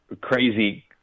crazy